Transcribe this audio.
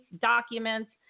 documents